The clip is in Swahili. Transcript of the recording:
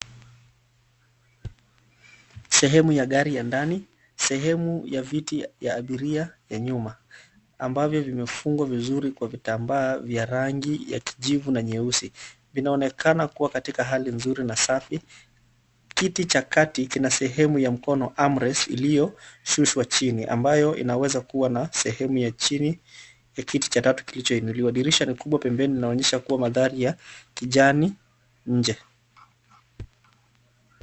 Sehemu ya gari ya ndani, sehemu ya viti ya abiria ya nyuma ambavyo vimefungwa vizuri kwa vitambaa vya rangi ya kijivu na nyeusi. Vinaonekana kuwa katika hali nzuri na safi. Kiti cha kati kina sehemu ya mkono arm rest iliyoshushwa chini. Ambayo inaweza kuwa na sehemu ya chini ya kiti cha tatu kilichoinuliwa. Dirisha ni kubwa pembeni inaonyesha kuwa mandhari ya kijani nje.